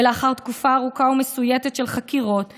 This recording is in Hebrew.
ולאחר תקופה ארוכה ומסויטת של חקירות ועימות,